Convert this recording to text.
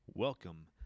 Welcome